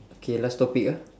okay last topic ah